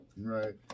Right